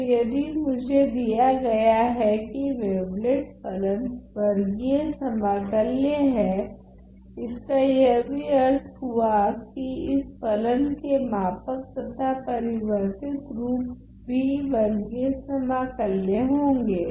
तो यदि मुझे दिया गया हैं कि वेवलेट फलन वर्गीय समाकल्य है इसका यह भी अर्थ हुआ कि इस फलन के मापक तथा परिवर्तित रूप भी वर्गीय समाकल्य होगे